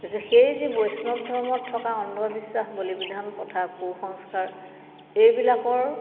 যে সেই যি বৈষ্ণৱ ধৰ্মত থকা অন্ধবিশ্বাস বলি বিধান প্ৰথা কু সংস্কাৰ এইবিলাকৰ